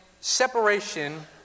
separation